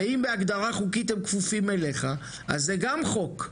ואם בהגדרה חוקית הם כפופים אליך, אז זה גם חוק.